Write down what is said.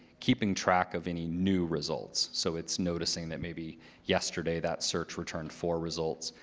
keeping track of any new results. so it's noticing that maybe yesterday, that search returned four results.